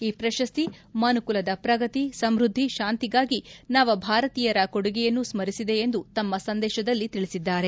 ಈ ಪ್ರಶಸ್ತಿ ಮನುಕುಲದ ಪ್ರಗತಿ ಸಮ್ಖದ್ದಿ ಶಾಂತಿಗಾಗಿ ನವಭಾರತೀಯರ ಕೊಡುಗೆಯನ್ನು ಸ್ಮರಿಸಿದೆ ಎಂದು ತಮ್ಮ ಸಂದೇಶದಲ್ಲಿ ತಿಳಿಸಿದ್ದಾರೆ